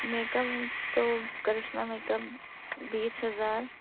make up تو Karishma makeup بیس ہزار